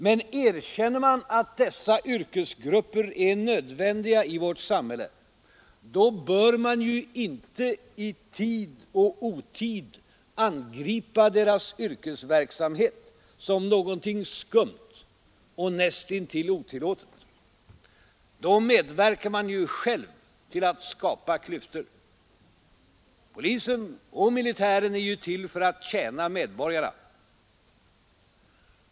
Men erkänner man att dessa yrkesgrupper är nödvändiga i vårt samhälle, då bör man ju inte i tid och otid angripa deras yrkesverksamhet som någonting skumt och näst intill otillåtet. Då medverkar man ju själv till att skapa klyftor. Polisen och militären är ju till för att tjäna medborgarna.